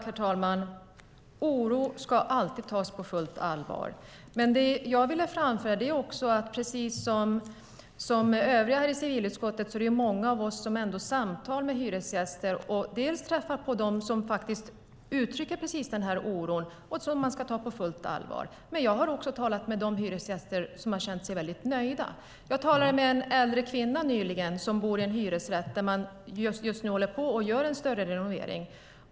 Herr talman! Oro ska alltid tas på fullt på allvar. Det jag ville framföra är att det är många av oss i civilutskottet som har samtal med hyresgäster och träffar personer som uttrycker den här oron, som man ska ta på fullt allvar. Men jag har också talat med hyresgäster som har känt sig väldigt nöjda. Jag talade nyligen med en äldre kvinna som bor i en hyresrätt där man just nu gör en större renovering.